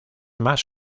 más